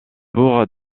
pour